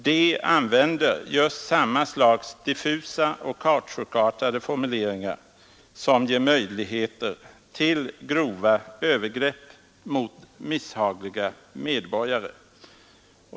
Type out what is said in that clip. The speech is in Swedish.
De använder just samma slags diffusa och kautschukartade formuleringar, som ger möjligheter till grova övergrepp mot misshagliga medborgare.